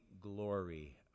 glory